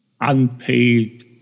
unpaid